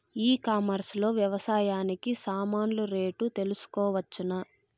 E commerce లో వ్యవసాయానికి సామాన్లు రేట్లు తెలుసుకోవచ్చునా?